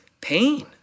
pain